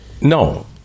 no